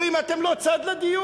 אומרים: אתם לא צד בדיון.